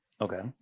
Okay